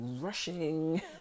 rushing